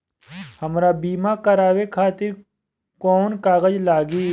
हमरा बीमा करावे खातिर कोवन कागज लागी?